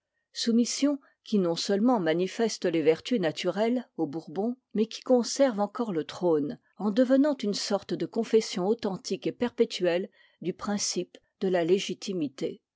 soumission qui non seulement manifeste les vertus naturelles aux bourbons mais qui conserve encore le trône en devenant une sorte de confession authentique et perpétuelle du principe de la légitimité